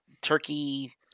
turkey